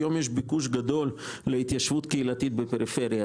היום יש ביקוש גדול להתיישבות קהילתית בפריפריה,